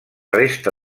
resta